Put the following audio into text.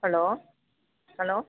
hello hello